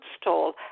stall